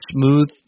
smooth